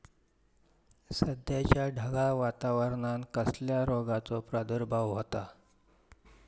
सध्याच्या ढगाळ वातावरणान कसल्या रोगाचो प्रादुर्भाव होता?